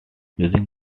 using